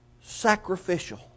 sacrificial